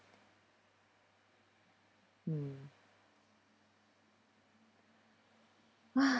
mm